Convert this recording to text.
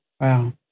Wow